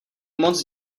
moc